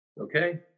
okay